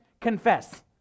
Confess